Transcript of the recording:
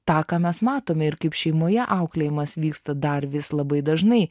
tą ką mes matome ir kaip šeimoje auklėjimas vyksta dar vis labai dažnai